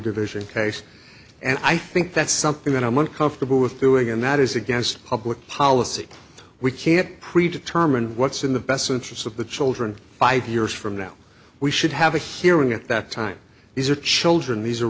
division case and i think that's something that i'm uncomfortable with doing and that is against public policy we can't preach a term and what's in the best interests of the children five years from now we should have a hearing at that time these are children these are